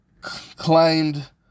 claimed